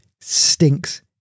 stinks